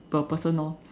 per person orh